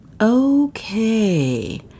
Okay